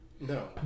No